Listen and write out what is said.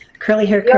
curly hair